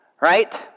right